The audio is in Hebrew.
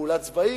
פעולה צבאית,